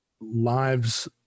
lives